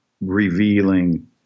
revealing